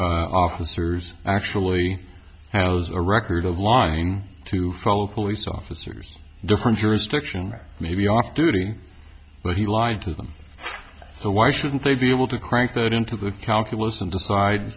o officers actually has a record of lying to fellow police officers different jurisdiction may be off duty but he lied to them so why shouldn't they be able to crank that into calculus and decide